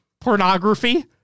pornography